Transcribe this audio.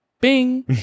Bing